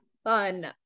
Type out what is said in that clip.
fun